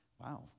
wow